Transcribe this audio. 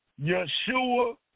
Yeshua